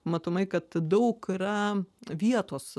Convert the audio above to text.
matomai kad daug yra vietos